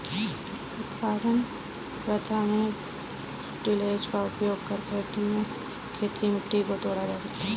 उत्पादन प्रथा में टिलेज़ का उपयोग कर खेत की मिट्टी को तोड़ा जाता है